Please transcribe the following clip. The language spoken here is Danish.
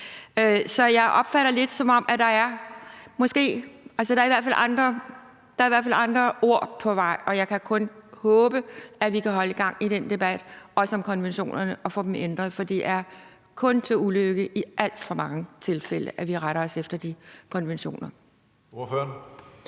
Så jeg opfatter det lidt, som om der i hvert fald er andre ord på vej, og jeg kan kun håbe, at vi kan holde gang i den debat om konventionerne og få dem ændret, for det er kun til ulykke i alt for mange tilfælde, at vi retter os efter de konventioner.